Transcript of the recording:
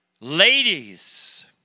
Ladies